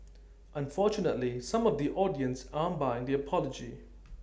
unfortunately some of the audience aren't buying the apology